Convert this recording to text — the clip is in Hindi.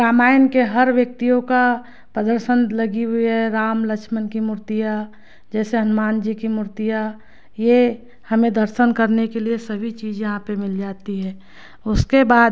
रामायण के हर व्यक्तियों का प्रदर्शन लगी हुई है राम लक्ष्मण की मूर्तियाँ जैसे हनुमान जी की मूर्तियाँ यह हमें दर्शन करने के लिए सभी चीज़ यहाँ पर मिल जाती है उसके बाद